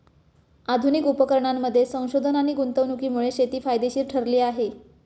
आधुनिक उपकरणांमध्ये संशोधन आणि गुंतवणुकीमुळे शेती फायदेशीर ठरली आहे